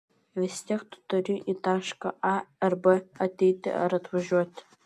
vis tiek tu turi į tašką a ar b ateiti ar atvažiuoti